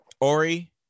Ori